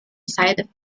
side